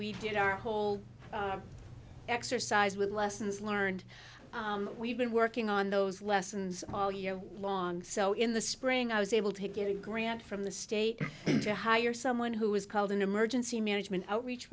we did our whole exercise with lessons learned we've been working on those lessons all year long so in the spring i was able to get a grant from the state to hire someone who is called an emergency management outreach